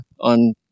On